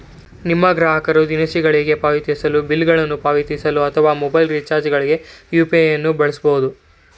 ನಿಮ್ಮ ಗ್ರಾಹಕರು ದಿನಸಿಗಳಿಗೆ ಪಾವತಿಸಲು, ಬಿಲ್ ಗಳನ್ನು ಪಾವತಿಸಲು ಅಥವಾ ಮೊಬೈಲ್ ರಿಚಾರ್ಜ್ ಗಳ್ಗೆ ಯು.ಪಿ.ಐ ನ್ನು ಬಳಸಬಹುದು